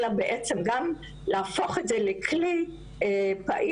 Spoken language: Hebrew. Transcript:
אלא בעצם גם להפוך את זה לכלי פעיל